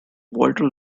walter